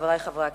חברי חברי הכנסת,